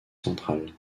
centrale